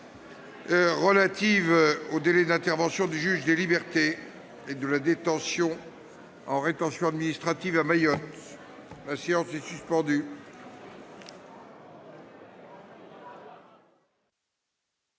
relative au délai d'intervention du juge des libertés et de la détention en rétention administrative à Mayotte. Dans la suite de